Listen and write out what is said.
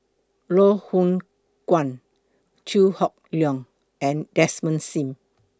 Loh Hoong Kwan Chew Hock Leong and Desmond SIM